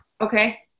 Okay